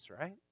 right